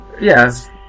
yes